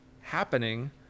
happening